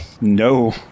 no